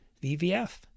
VVF